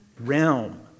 realm